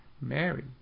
mary